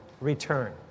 return